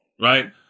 right